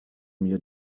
mir